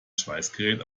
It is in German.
schweißgerät